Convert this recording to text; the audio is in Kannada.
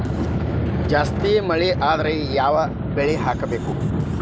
ಜಾಸ್ತಿ ಮಳಿ ಆದ್ರ ಯಾವ ಬೆಳಿ ಹಾಕಬೇಕು?